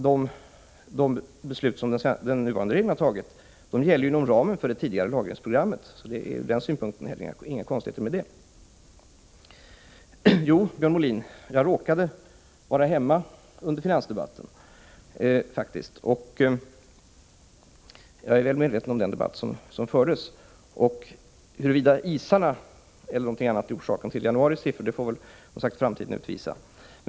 De beslut som den nuvarande regeringen har fattat gäller inom ramen för det tidigare lagringsprogrammet, så ur den synpunkten är det inga konstigheter. Jo, Björn Molin, jag råkade faktiskt vara hemma under finansdebatten. Jag är väl medveten om den debatt som fördes då. Huruvida isarna eller någonting annat har medfört någon ändring av januaris siffror får väl framtiden utvisa.